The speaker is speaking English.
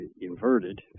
inverted